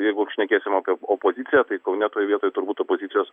jeigu šnekėsim apie opoziciją tai kaune toj vietoj turbūt opozicijos